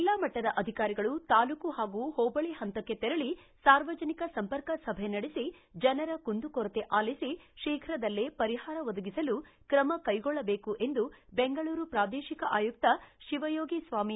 ಜಿಲ್ಲಾ ಮಟ್ಟದ ಅಧಿಕಾರಿಗಳು ತಾಲ್ಲೂಕು ಹಾಗೂ ಹೋಬಳಿ ಹಂತಕ್ಕೆ ತೆರಳಿ ಸಾರ್ವಜನಿಕ ಸಂಪರ್ಕ ಸಭೆ ನಡೆಸಿ ಜನರ ಕುಂದು ಕೊರತೆ ಆಲಿಸಿ ಶೀಘ್ರದಲ್ಲೇ ಪರಿಹಾರ ಒದಗಿಸಲು ಕ್ರಮ ಕೈಗೊಳಬೇಕು ಎಂದು ಬೆಂಗಳೂರು ಪ್ರಾದೇಶಿಕ ಆಯುಕ್ತ ಶಿವಯೋಗಿಸ್ವಾಮಿ